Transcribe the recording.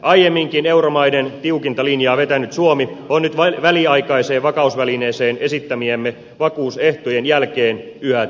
aiemminkin euromaiden tiukinta linjaa vetänyt suomi on nyt väliaikaiseen vakausvälineeseen esittämiemme vakuusehtojen jälkeen yhä tiukempi